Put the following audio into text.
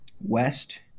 west